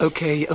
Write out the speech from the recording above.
Okay